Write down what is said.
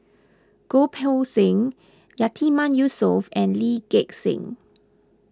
Goh Poh Seng Yatiman Yusof and Lee Gek Seng